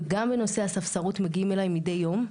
גם בנושא הספסרות, מגיעים אליי מדי יום.